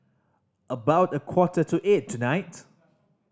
about a quarter to eight tonight